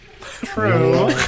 True